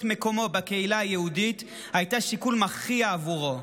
מקומו בקהילה היהודית היו שיקול מכריע עבורו.